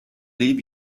leave